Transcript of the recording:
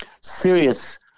serious